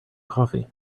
coffee